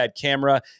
camera